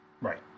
Right